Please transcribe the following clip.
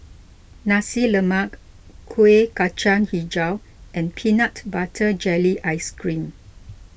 Nasi Lemak Kueh Kacang HiJau and Peanut Butter Jelly Ice Cream